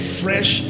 fresh